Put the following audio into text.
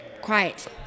quiet